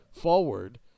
forward